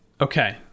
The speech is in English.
okay